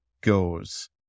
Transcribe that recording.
goes